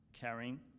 carrying